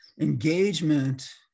engagement